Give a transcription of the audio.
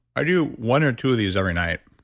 i do one or two of these every night,